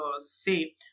say